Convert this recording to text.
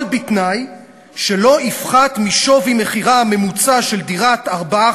אבל בתנאי שלא יפחת משווי מחירה הממוצע של דירת ארבעה